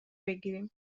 بگیریم